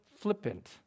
flippant